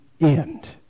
end